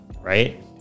Right